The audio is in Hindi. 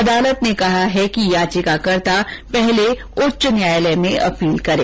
अदालत ने कहा कि याचिकांकर्ता पहले उच्च न्यायालय में अपील करे